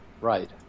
right